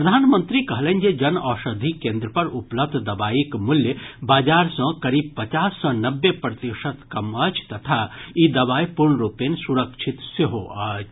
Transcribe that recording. प्रधानमंत्री कहलनि जे जन औषधि केंद्र पर उपलब्ध दवाईक मूल्य बाजार सँ करीब पचास सँ नब्बे प्रतिशत कम अछि तथा ई दवाई पूर्णरूपेण सुरक्षित सेहो अछि